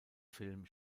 film